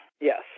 Yes